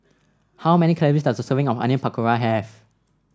how many calories does a serving of Onion Pakora have